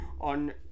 on